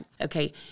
Okay